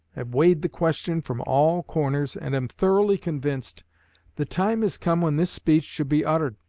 have weighed the questions from all corners, and am thoroughly convinced the time has come when this speech should be uttered